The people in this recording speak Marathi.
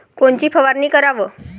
कोनची फवारणी कराव?